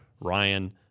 Ryan